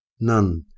None